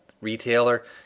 retailer